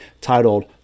titled